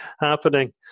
happening